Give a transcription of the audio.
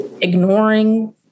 ignoring